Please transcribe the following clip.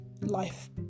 life